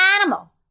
animal